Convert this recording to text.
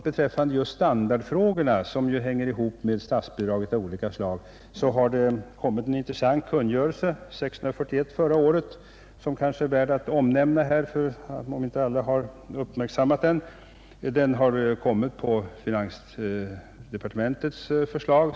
Beträffande standardfrågorna, som hänger ihop med statsbidrag av olika slag, har det kommit en intressant kungörelse, nr 641, förra året, som är värd att omnämna här — alla har kanske inte heller uppmärksammat den. Såvitt jag förstår har den utarbetats på finansdepartementets förslag.